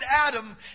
Adam